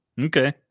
Okay